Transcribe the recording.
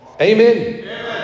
Amen